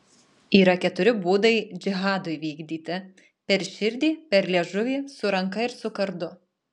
yra keturi būdai džihadui vykdyti per širdį per liežuvį su ranka ir su kardu